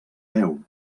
veu